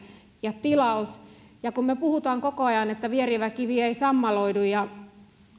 ja tilaus kun me puhumme koko ajan että vierivä kivi ei sammaloidu ja